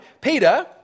Peter